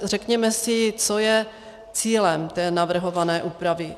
Řekněme si, co je cílem navrhované úpravy.